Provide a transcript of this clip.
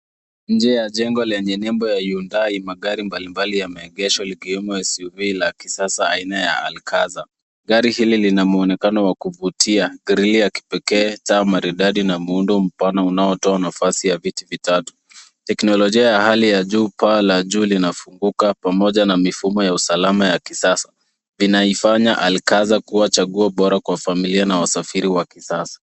Nje ya jengo lenye nembo ya Hyundai, magari mbalimbali yameegeshwa likiwemo SUV la kisasa aina ya Alcazar. Gari hili lina muonekano wa kuvutia, grili ya kipekee, taa maridadi na muundo mpana na unaotoa nafasi ya viti vitatu. Teknolojia ya hali ya juu, paa la juu linafunguka pamoja na mifumo ya usalama ya kisasa, vinaifanya alcazar kuwa chaguo bora kwa familia na wasafiri wa kisasa.